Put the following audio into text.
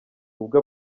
ubwo